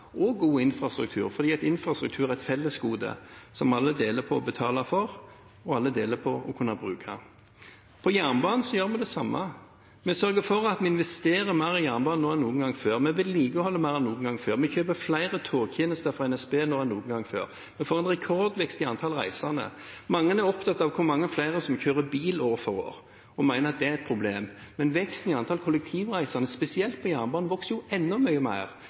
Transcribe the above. og god infrastruktur, fordi infrastruktur er et felles gode som alle deler på å betale for, og som alle deler på å kunne bruke. Innen jernbanen gjør vi det samme. Vi sørger for at vi investerer mer i jernbane nå enn noen gang før. Vi vedlikeholder mer enn noen gang før. Vi kjøper flere togtjenester fra NSB nå enn noen gang før. Vi får en rekordvekst i antall reisende. Mange er opptatt av hvor mange flere som kjører bil, år for år, og mener at det er et problem. Men veksten i antall kollektivreisende, spesielt med jernbanen, blir enda større fordi folk får et bedre tilbud på jernbanen. Mer